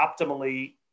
optimally